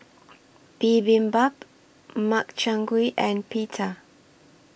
Bibimbap Makchang Gui and Pita